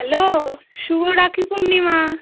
hello শুভ রাখি পূর্ণিমা